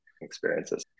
experiences